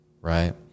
right